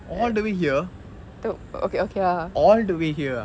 all the way here all the way here ah